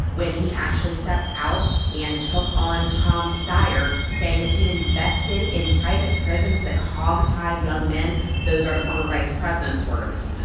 when he actually stepped out and took on tom steyer, saying that he'd invested in private prisons that hogtied young men those are the former vice president's words.